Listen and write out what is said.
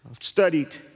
studied